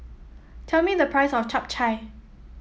tell me the price of Chap Chai